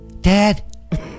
dad